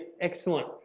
excellent